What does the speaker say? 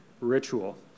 ritual